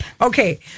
Okay